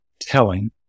telling